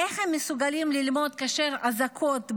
איך הם מסוגלים ללמוד כאשר אזעקות,